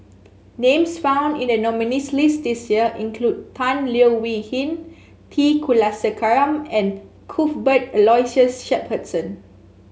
names found in the nominees' list this year include Tan Leo Wee Hin T Kulasekaram and Cuthbert Aloysius Shepherdson